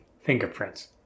fingerprints